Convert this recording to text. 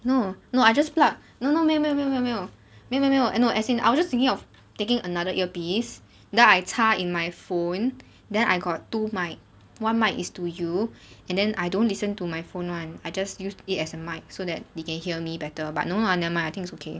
no no I just plug no no 没有没有没有没有没有没有 no as in I was just thinking of taking another earpiece then I 插 in my phone then I got two mic one mic is to you and then I don't listen to my phone one I just use it as a mic so that they can hear me better but no lah never mind is okay